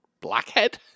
Blackhead